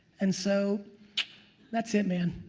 and so that's it man,